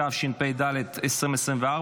התשפ"ד 2024,